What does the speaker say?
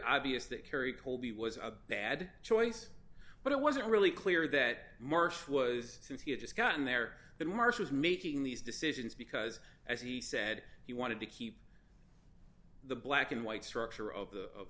obvious that carrie colby was a bad choice but it wasn't really clear that marsh was since he had just gotten there that marsh is making these decisions because as he said he wanted to keep the black and white structure of